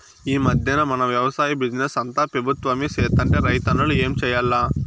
ఈ మధ్దెన మన వెవసాయ బిజినెస్ అంతా పెబుత్వమే సేత్తంటే రైతన్నలు ఏం చేయాల్ల